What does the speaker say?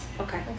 Okay